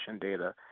data